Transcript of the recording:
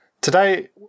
Today